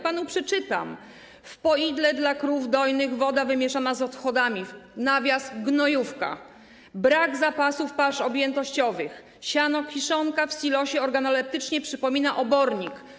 Przeczytam panu: W poidle dla krów dojnych woda wymieszana z odchodami, w nawiasie: gnojówka, brak zapasów pasz objętościowych, sianokiszonka w silosie organoleptycznie przypomina obornik.